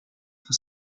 for